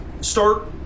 start